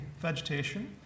vegetation